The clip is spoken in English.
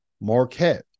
Marquette